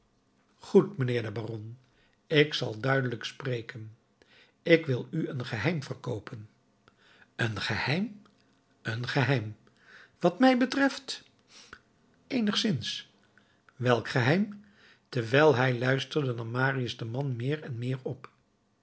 goed mijnheer de baron ik zal duidelijk spreken ik wil u een geheim verkoopen een geheim een geheim dat mij betreft eenigszins welk geheim terwijl hij luisterde nam marius den man meer en meer op